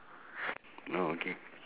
oh okay